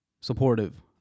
supportive